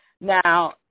Now